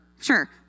Sure